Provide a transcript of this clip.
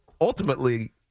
ultimately